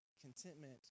contentment